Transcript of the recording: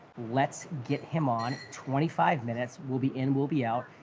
let's get him on, twenty five minutes, we'll be in, we'll be out.